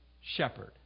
shepherd